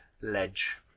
ledge